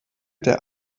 der